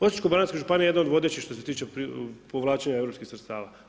Osječko-baranjska županija je jedna od vodeći što se tiče povlačenja europskih sredstava.